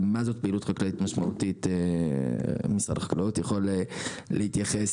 ומשרד החקלאות יכול להתייחס,